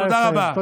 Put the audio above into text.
תודה רבה.